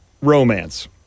romance